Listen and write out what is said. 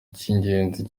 cy’ingenzi